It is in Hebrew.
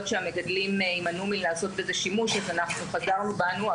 שהמגדלים יימנעו מלעשות בזה שימוש אז אנחנו חזרנו בנו,